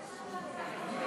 מה זה קשור להצעת החוק?